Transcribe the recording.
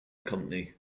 company